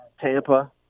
Tampa